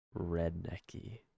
rednecky